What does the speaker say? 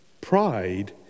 Pride